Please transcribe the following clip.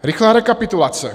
Rychlá rekapitulace.